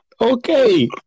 Okay